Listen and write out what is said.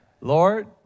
Lord